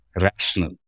rational